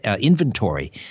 inventory